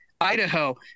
Idaho